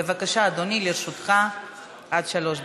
בבקשה, אדוני, לרשותך עד שלוש דקות.